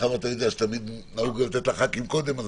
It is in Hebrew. אתה יודע שתמיד נהוג לתת לחברי הכנסת לדבר קודם.